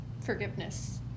forgiveness